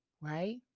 right